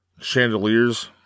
chandeliers